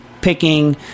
picking